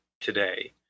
today